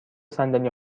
صندلی